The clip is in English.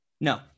No